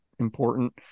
Important